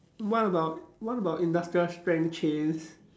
what about what about industrial strength chains